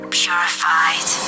purified